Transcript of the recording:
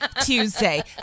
Tuesday